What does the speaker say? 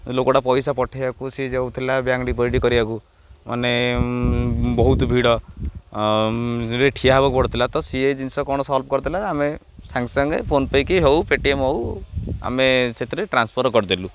ଯେଉଁ ଲୋକଟା ପଇସା ପଠେଇବାକୁ ସିଏ ଯାଉଥିଲା ବ୍ୟାଙ୍କ ଡିପୋଜିଟ୍ କରିବାକୁ ମାନେ ବହୁତ ଭିଡ଼ରେ ଠିଆ ହବାକୁ ପଡ଼ୁଥିଲା ତ ସିଏ ଜିନିଷ କ'ଣ ସଲ୍ଭ କରିଥିଲା ଆମେ ସାଙ୍ଗେ ସାଙ୍ଗେ ଫୋନ୍ ପେ' ହଉ ପେଟିଏମ୍ ହଉ ଆମେ ସେଥିରେ ଟ୍ରାନ୍ସଫର କରିଦେଲୁ